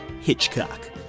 Hitchcock